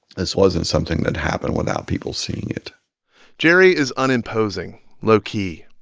this wasn't something that happened without people seeing it jerry is unimposing, low-key.